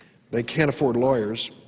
they can't afford lawyers.